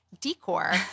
decor